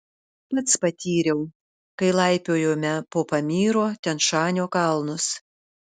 pats patyriau kai laipiojome po pamyro tian šanio kalnus